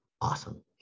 Awesome